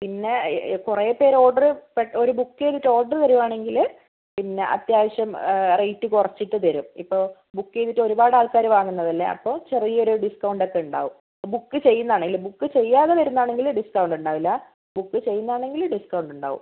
പിന്നെ കുറേ പേർ ഓർഡർ പെട് ഒരു ബുക്ക് ചെയ്തിട്ട് ഓർഡർ വരുവാണെങ്കിൽ പിന്നെ അത്യാവശ്യം റേറ്റ് കുറച്ചിട്ട് തരും ഇപ്പോൾ ബുക്ക് ചെയ്തിട്ട് ഒരുപാട് ആൾക്കാർ വാങ്ങുന്നതല്ലേ അപ്പോൾ ചെറിയൊരു ഡിസ്കൗണ്ട് ഒക്കെ ഉണ്ടാവും ബുക്ക് ചെയ്യുന്നതാണെങ്കിൽ ബുക്ക് ചെയ്യാതെ വരുന്നതാണെങ്കിൽ ഡിസ്കൗണ്ട് ഉണ്ടാവില്ല ബുക്ക് ചെയ്യുന്നതാണെങ്കിൽ ഡിസ്കൗണ്ട് ഉണ്ടാവും